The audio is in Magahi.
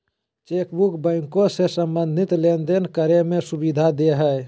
चेकबुक बैंको से संबंधित लेनदेन करे में सुविधा देय हइ